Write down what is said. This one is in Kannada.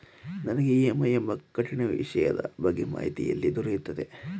ನನಗೆ ಇ.ಎಂ.ಐ ಎಂಬ ಕಠಿಣ ವಿಷಯದ ಬಗ್ಗೆ ಮಾಹಿತಿ ಎಲ್ಲಿ ದೊರೆಯುತ್ತದೆಯೇ?